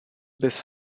baisse